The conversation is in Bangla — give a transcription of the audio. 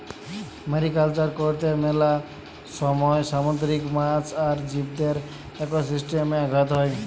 মেরিকালচার করত্যে মেলা সময় সামুদ্রিক মাছ আর জীবদের একোসিস্টেমে আঘাত হ্যয়